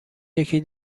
یکی